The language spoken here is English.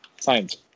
science